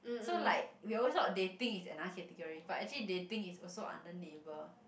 so like we always thought dating is another category but actually dating is also under neighbour